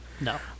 no